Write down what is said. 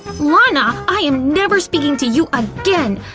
lana! i'm never speaking to you again!